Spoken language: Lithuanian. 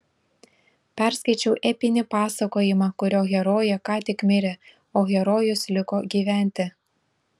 perskaičiau epinį pasakojimą kurio herojė ką tik mirė o herojus liko gyventi